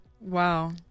Wow